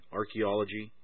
archaeology